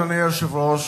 אדוני היושב-ראש,